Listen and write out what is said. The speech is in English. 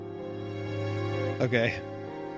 okay